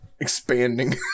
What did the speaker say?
expanding